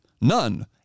None